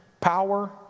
power